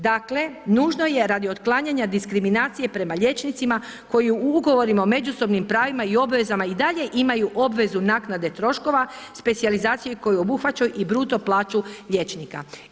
Dakle, nužno je radi otklanjanja diskriminacije prema liječnicima koji u ugovorima o međusobnim pravima i obvezama i dalje imaju obvezu naknade troškova, specijalizaciju koju obuhvaćaju i bruto plaću liječnika.